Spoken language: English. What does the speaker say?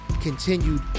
continued